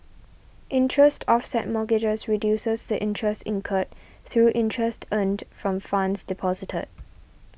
interest offset mortgages reduces the interest incurred through interest earned from funds deposited